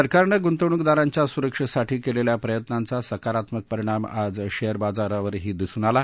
सरकारनं गुंतवणूकदारांच्या सुरक्षेसाठी केलेल्या प्रयत्नाचा सकारात्मक परिणाम आज शेअर बाजारावरही दिसून आला